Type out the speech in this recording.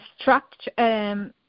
structure